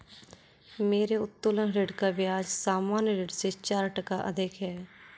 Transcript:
मेरे उत्तोलन ऋण का ब्याज सामान्य ऋण से चार टका अधिक है